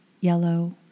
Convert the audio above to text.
yellow